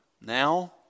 Now